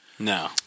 No